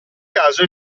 caso